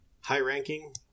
high-ranking